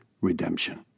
redemption